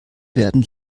werden